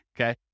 okay